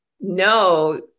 No